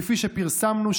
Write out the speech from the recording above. כפי שפרסמנו,